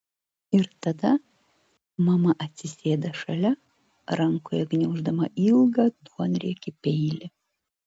ir tada mama atsisėda šalia rankoje gniauždama ilgą duonriekį peilį